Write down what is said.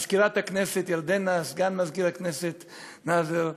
מזכירת הכנסת ירדנה, סגן מזכירת הכנסת נאזם,